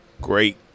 Great